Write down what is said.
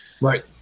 Right